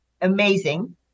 Amazing